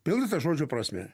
pilna ta žodžio prasme